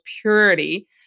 purity